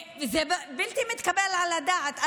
זה בלתי מתקבל על הדעת.